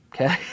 okay